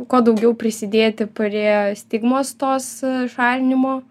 kuo daugiau prisidėti prie stigmos tos šalinimo